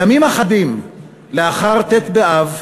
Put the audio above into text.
ימים אחדים לאחר ט' באב,